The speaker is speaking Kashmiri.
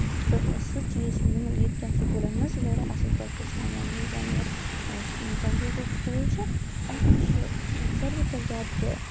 تہٕ سُہ چیٖز چھُ ییٚتہِ کین سکوٗلن منٛز اَصٕل پٲٹھۍ یِوان ہٮ۪چھناونہٕ ییٚلہِ زَن یہِ سینٹ جوزف سکوٗل چھُ اَتھ منٛز چھِ ساروی کھۄتہٕ زیادٕ تہٕ